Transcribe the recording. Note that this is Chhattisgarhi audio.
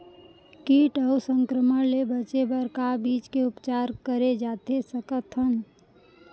किट अऊ संक्रमण ले बचे बर का बीज के उपचार करे जाथे सकत हे?